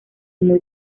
muy